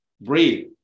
breathe